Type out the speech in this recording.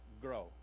grow